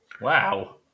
wow